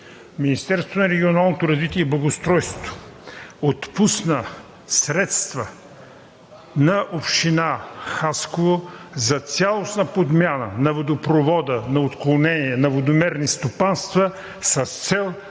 Министерството на регионалното развитие и благоустройството отпусна средства на община Хасково за цялостна подмяна на водопровода на отклонение на водомерни стопанства с цел